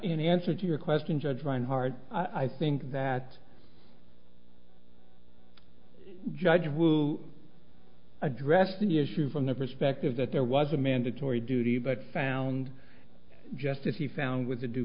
in answer to your question judge reinhart i think that judge will address the issue from the perspective that there was a mandatory duty but found just as he found with the